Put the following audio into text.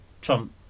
Trump